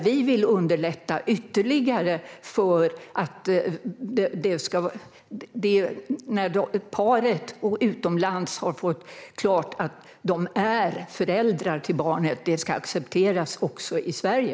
Vi vill underlätta ytterligare; när paret utomlands har fått klart att de är föräldrar till barnet ska det accepteras också i Sverige.